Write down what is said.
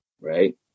right